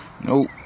Nope